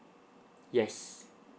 yes